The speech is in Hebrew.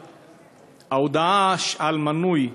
ההודעה על מינויו